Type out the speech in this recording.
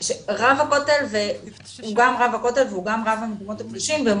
רב הכותל הוא גם הממונה על המקומות הקדושים והם